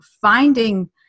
finding